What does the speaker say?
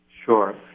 Sure